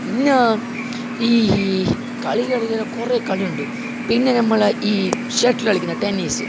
പിന്നെ ഈ കളികളില് കുറെ കളിയുണ്ട് പിന്നെ നമ്മള് ഈ ഷട്ടില് കളിക്കുന്ന ടെന്നീസ്